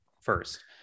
first